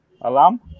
Alam